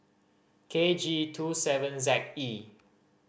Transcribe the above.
K G Two seven Z E